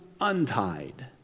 untied